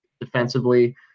defensively